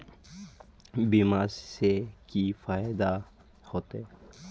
बीमा से की फायदा होते?